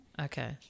Okay